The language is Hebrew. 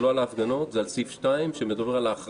זה לא על ההפגנות, זה על סעיף 2, שמדבר על ההחרגה.